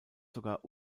sogar